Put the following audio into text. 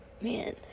man